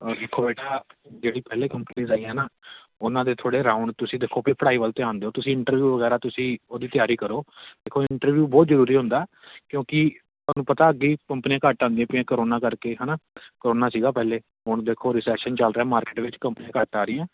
ਦੇਖੋ ਬੇਟਾ ਜਿਹੜੀ ਪਹਿਲੇ ਕੰਪਨੀਜ ਆਈਆਂ ਨਾ ਉਹਨਾਂ ਦੇ ਥੋੜ੍ਹੇ ਰਾਊਂਡ ਤੁਸੀਂ ਦੇਖੋ ਕਿ ਪੜ੍ਹਾਈ ਵੱਲ ਧਿਆਨ ਦਿਓ ਤੁਸੀਂ ਇੰਟਰਵਿਊ ਵਗੈਰਾ ਤੁਸੀਂ ਉਹਦੀ ਤਿਆਰੀ ਕਰੋ ਦੇਖੋ ਇੰਟਰਵਿਊ ਬਹੁਤ ਜ਼ਰੂਰੀ ਹੁੰਦਾ ਕਿਉਂਕਿ ਤੁਹਾਨੂੰ ਪਤਾ ਅੱਗੇ ਹੀ ਕੰਪਨੀਆਂ ਘੱਟ ਆਉਂਦੀਆਂ ਪਈਆਂ ਕਰੋਨਾ ਕਰਕੇ ਹੈ ਨਾ ਕਰੋਨਾ ਸੀਗਾ ਪਹਿਲੇ ਹੁਣ ਦੇਖੋ ਰਿਸੈਸ਼ਨ ਚੱਲ ਰਿਹਾ ਮਾਰਕੀਟ ਵਿੱਚ ਕੰਪਨੀਆਂ ਘੱਟ ਆ ਰਹੀਆਂ